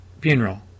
funeral